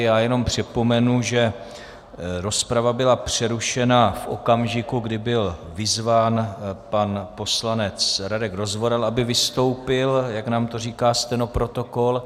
Já jenom připomenu, že rozprava byla přerušena v okamžiku, kdy byl vyzván pan poslanec Radek Rozvoral, aby vystoupil, jak nám to říká stenoprotokol.